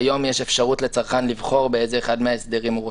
כיום יש אפשרות לצרכן לבחור באיזה אחד מההסדרים הוא רוצה,